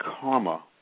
karma